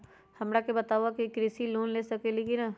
हमरा के बताव कि हम कृषि लोन ले सकेली की न?